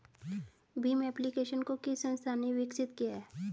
Bhim application को किस संस्था ने विकसित किया है?